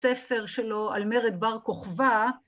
ספר שלו על מרד בר כוכבא.